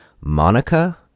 Monica